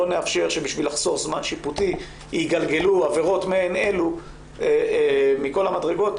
נאפשר שבשביל לחסוך זמן שיפוטי יגלגלו עבירות מעין אלו מכל המדרגות,